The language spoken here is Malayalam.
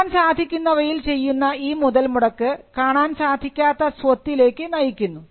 കാണാൻ സാധിക്കുന്നവയിൽ ചെയ്യുന്ന ഈ മുതൽമുടക്ക് കാണാൻ സാധിക്കാത്ത സ്വത്തിലേക്ക് നയിക്കുന്നു